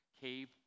Cave